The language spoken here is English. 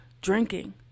drinking